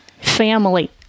Family